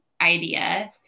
idea